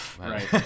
Right